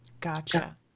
Gotcha